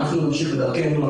אנחנו נמשיך בדרכנו,